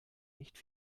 nicht